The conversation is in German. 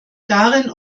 darin